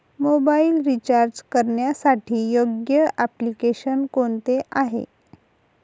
Mobile recharge करण्यासाठी योग्य application कोणते आहे?